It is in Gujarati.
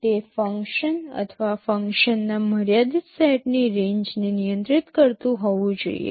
તે ફંક્શન અથવા ફંક્શનના મર્યાદિત સેટની રેન્જ ને નિયંત્રિત કરવું જોઈએ